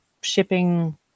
shipping